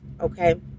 okay